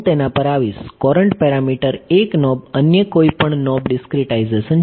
હું તેના પર આવીશ કોરંટ પેરમીટર 1 નોબ અન્ય કોઈપણ નોબ ડીસ્ક્રીટાઇઝેશન છે